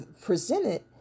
presented